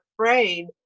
afraid